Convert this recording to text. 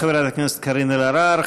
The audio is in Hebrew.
תודה לחברת הכנסת קארין אלהרר.